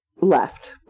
left